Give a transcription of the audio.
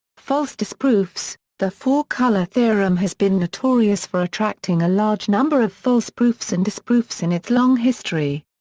false disproofs the four color theorem has been notorious for attracting a large number of false proofs and disproofs in its long history.